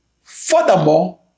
Furthermore